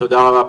תודה רבה,